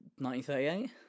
1938